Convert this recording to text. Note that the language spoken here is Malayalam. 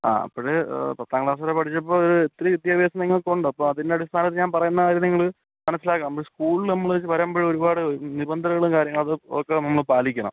ആ അപ്പഴ് പത്താം ക്ലാസ് വരെ പഠിച്ചപ്പോൾ ഒരു ഇത്തിരി വിദ്യാഭ്യാസം നിങ്ങൾക്കുണ്ട് അപ്പം അതിൻ്റെ അടിസ്ഥാനത്തിൽ ഞാൻ പറയുന്ന കാര്യം നിങ്ങൾ മനസിലാക്കണം നമ്മൾ ഈ സ്കൂളിൽ നമ്മൾ വരമ്പോഴ് ഒരുപാട് നിബന്ധനകളും കാര്യങ്ങളും അതൊക്കെ നമ്മൾ പാലിക്കണം